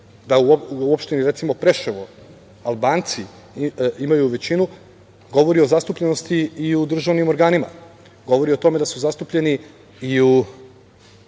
da u opštini recimo Preševo Albanci imaju većinu govori o zastupljenosti i u državnim organima, govori o tome da su zastupljeni i u